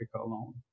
alone